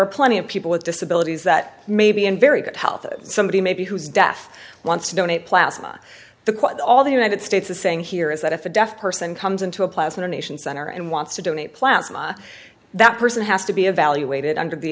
are plenty of people with disabilities that may be in very good health that somebody maybe who is deaf wants to donate plastic on the quote all the united states is saying here is that if a deaf person comes into a pleasant nation center and wants to donate plants my that person has to be evaluated under the